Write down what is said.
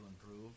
improve